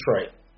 Detroit